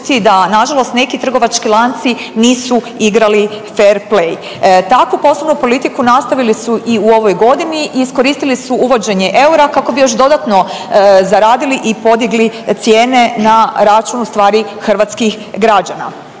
da nažalost neki trgovački lanci nisu igrali fer play. Takvu poslovnu politiku nastavili su i u ovoj godini i iskoristili su uvođenje eura kako bi još dodatno zaradili i podigli cijene na račun ustvari hrvatskih građana.